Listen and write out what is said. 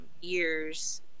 years